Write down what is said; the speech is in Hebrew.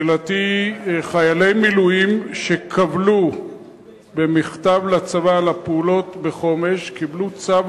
חיילי מילואים שקבלו במכתב לצבא על הפעולות בחומש קיבלו צו